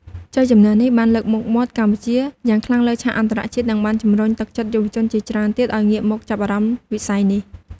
ជ័យជម្នះនេះបានលើកមុខមាត់កម្ពុជាយ៉ាងខ្លាំងលើឆាកអន្តរជាតិ និងបានជំរុញទឹកចិត្តយុវជនជាច្រើនទៀតឲ្យងាកមកចាប់អារម្មណ៍វិស័យនេះ។